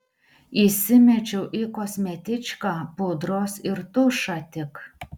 įsimečiau į kosmetičką pudros ir tušą tik